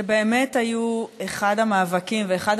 זה באמת היה אחד המאבקים ואחד